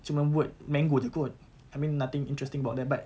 cuma word mango jer kot I mean nothing interesting about that but